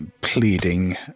pleading